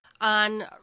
on